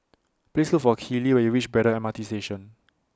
Please Look For Keeley when YOU REACH Braddell M R T Station